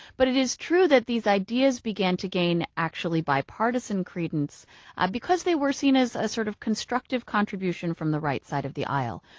but it is true that these ideas began to gain actually bipartisan credence because they were seen as a sort of constructive contribution from the right side of the aisle.